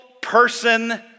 person